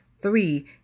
three